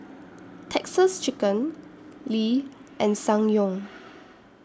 Texas Chicken Lee and Ssangyong